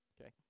Okay